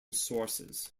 sources